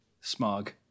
smog